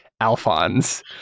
Alphonse